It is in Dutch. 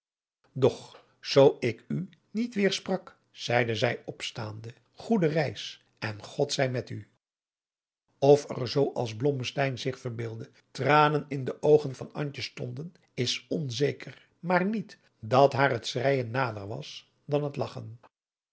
doch zoo ik u niet weêr sprak goede reis en god zij met u of er zoo als blommesteyn zich verbeeldde tranen in de oogen van antje stonden is onzeker maar niet dat haar het schreijen nader was dan het lagchen